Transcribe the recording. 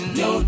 no